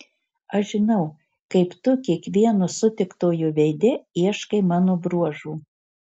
aš žinau kaip tu kiekvieno sutiktojo veide ieškai mano bruožų